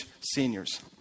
seniors